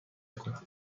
کنم